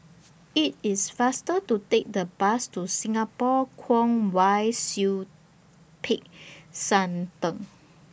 IT IS faster to Take The Bus to Singapore Kwong Wai Siew Peck San Theng